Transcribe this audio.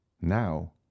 now